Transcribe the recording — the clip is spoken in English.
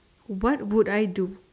what would I do